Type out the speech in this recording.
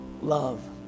love